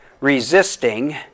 resisting